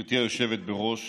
גברתי היושבת בראש,